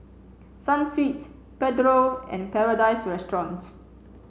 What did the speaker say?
Sunsweet Pedro and Paradise Restaurant